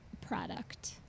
product